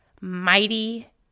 mighty